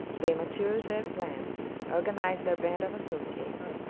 they matured their plans, organized their band of associates,